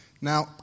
Now